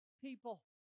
people